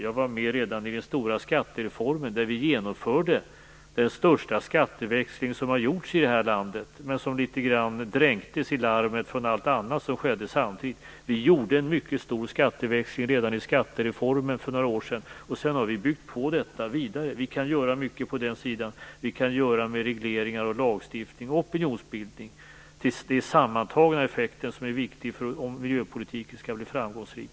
Jag var med redan vid den stora skattereformen, där vi genomförde den största skatteväxling som har gjorts i det här landet men som litet grand dränktes i larmet från allt annat som skedde samtidigt. Vi gjorde en mycket stor skatteväxling redan i skattereformen för några år sedan, och sedan har vi byggt på detta. Vi kan göra mycket på den sidan. Vi kan använda oss av regleringar, lagstiftning och opinionsbildning. Det är den sammantagna effekten som är viktig för om miljöpolitiken skall bli framgångsrik.